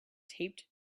taped